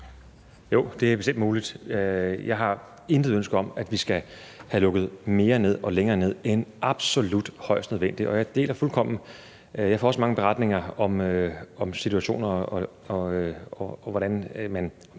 Jo, det er bestemt muligt. Jeg har intet ønske om, at vi skal have lukket mere ned og længere ned end absolut højst nødvendigt. Jeg får også mange beretninger om situationer og om, hvordan man